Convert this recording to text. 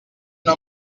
una